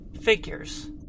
figures